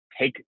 take